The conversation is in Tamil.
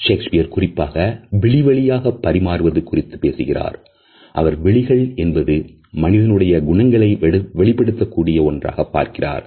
ஷேக்ஸ்பியர் குறிப்பாக விழி வழியாக பரிமாறுவது குறித்து பேசுகிறார்